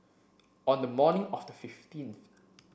on the morning of the fifteenth